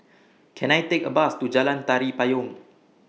Can I Take A Bus to Jalan Tari Payong